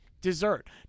dessert